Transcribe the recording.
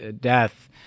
death